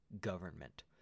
government